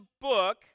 book